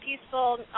peaceful